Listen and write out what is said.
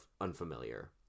unfamiliar